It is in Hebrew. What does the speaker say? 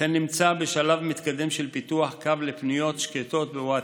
וכן נמצא בשלב מתקדם של פיתוח קו לפניות שקטות בווטסאפ.